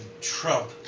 Trump